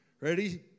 Ready